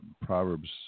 Proverbs